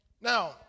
Now